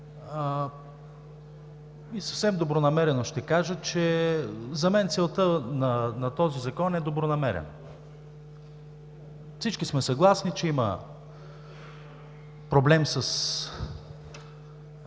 Съвсем добронамерено ще кажа, че за мен целта на този закон е добронамерена. Всички сме съгласни, че има проблем с